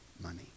money